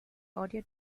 audio